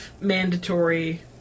mandatory